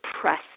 press